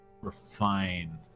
refine